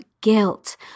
guilt